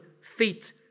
feet